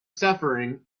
suffering